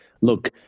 look